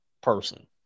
person